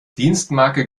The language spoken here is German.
dienstmarke